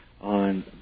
on